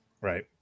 right